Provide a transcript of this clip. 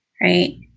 right